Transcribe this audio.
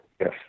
Yes